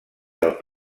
del